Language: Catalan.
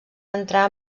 entrar